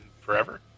forever